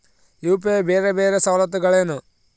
UPI ಬೇರೆ ಬೇರೆ ಸವಲತ್ತುಗಳೇನು?